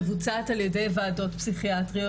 מבוצעת על-ידי ועדות פסיכיאטריות.